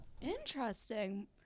Interesting